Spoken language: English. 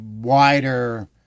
wider